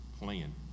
plan